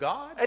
God